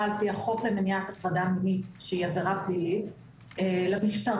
על-פי החוק למניעת הטרדה מינית שהיא עבירה פלילית למשטרה,